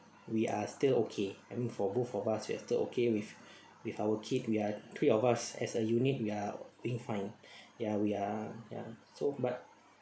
we are still okay I mean for both of us we are still okay with with our kid we are three of us as a unit we're being fine ya we are ya so but